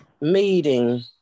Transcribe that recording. meeting